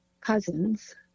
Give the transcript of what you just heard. cousins